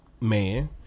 man